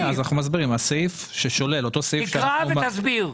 הסעיף ששולל, אותו סעיף --- תקרא ותסביר.